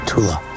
Tula